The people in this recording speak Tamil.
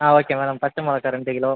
ஆ ஓகே மேடம் பச்சை மிளகாய் ரெண்டு கிலோ